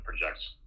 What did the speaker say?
projects